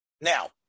Now